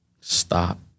Stop